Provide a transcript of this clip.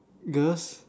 girls